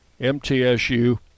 MTSU